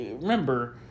remember